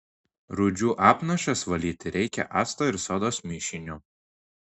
rūdžių apnašas valyti reikia acto ir sodos mišiniu